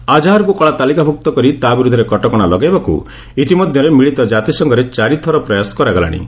ଆଜାହର୍କୁ କଳା ତାଲିକାଭୁକ୍ତ କରି ତା' ବିରୁଦ୍ଧରେ କଟକଣା ଲଗାଇବାକୁ ଇତିମଧ୍ୟରେ ମିଳିତ କ୍ରାତିସଂଘରେ ଚାରିଥର ପ୍ରୟାସ କରାଗଲାଶି